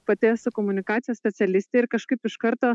pati esu komunikacijos specialistė ir kažkaip iš karto